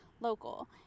local